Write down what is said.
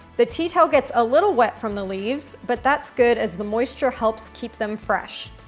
the tea towel gets a little wet from the leaves, but that's good as the moisture helps keep them fresh.